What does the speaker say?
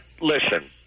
listen